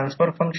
0676 वेबर मिळेल